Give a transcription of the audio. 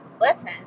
listen